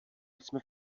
jsme